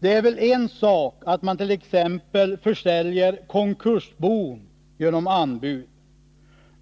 Det är väl en sak att man t.ex. försäljer konkursbon genom anbud,